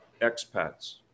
expats